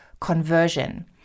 conversion